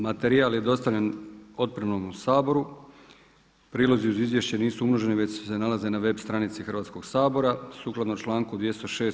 Materijal je dostavljen otpremom u Saboru, prilozi uz izvješće nisu umnoženi, već se nalaze na web stranici Hrvatskog sabora, sukladno članku 206.